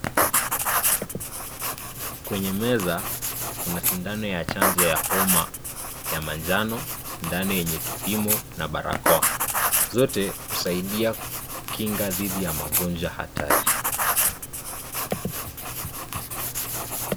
Kwenye meza Kuna sindano ya chanjo ya homa ya machano sindano yenye kipimo na barakoa zote husaidia kukinga dhiti ya magonjwa hatari.